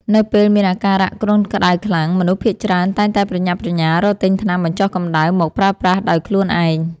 នៅពេលមានអាការៈគ្រុនក្តៅខ្លាំង មនុស្សភាគច្រើនតែងតែប្រញាប់ប្រញាល់រកទិញថ្នាំបញ្ចុះកម្តៅមកប្រើប្រាស់ដោយខ្លួនឯង។